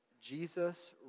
Jesus